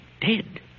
Dead